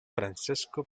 francesco